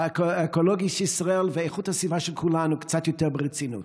האקולוגי של ישראל ואיכות הסביבה של כולנו קצת יותר ברצינות?